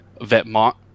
vetmont